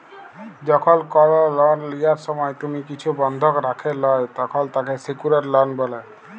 যখল কল লন লিয়ার সময় তুমি কিছু বনধক রাখে ল্যয় তখল তাকে স্যিক্যুরড লন বলে